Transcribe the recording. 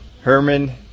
Herman